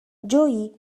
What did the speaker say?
جویی